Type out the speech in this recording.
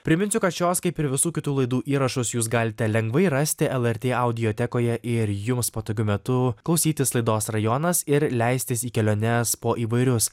priminsiu kad šios kaip ir visų kitų laidų įrašus jūs galite lengvai rasti lrt audiotekoje ir jums patogiu metu klausytis laidos rajonas ir leistis į keliones po įvairius